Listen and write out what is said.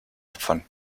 opfern